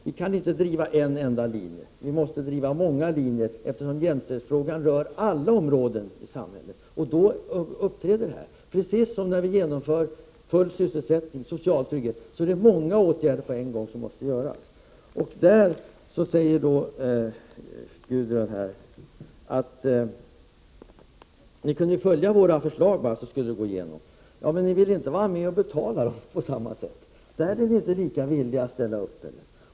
Vi kan inte driva bara en enda linje. Vi måste driva många linjer, eftersom jämställdhetsfrågan berör alla områden i samhället. Då uppträder det fenomenet, precis som när vi genomför full sysselsättning eller social trygghet, att många åtgärder på en gång måste göras. Gudrun Schyman säger: Ni kunde följa våra förslag, så skulle det gå igenom. Ja, men ni vill ju inte vara med och betala — där är ni inte lika villiga att ställa upp!